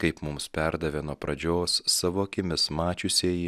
kaip mums perdavė nuo pradžios savo akimis mačiusieji